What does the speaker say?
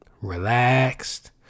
relaxed